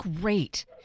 great